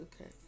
okay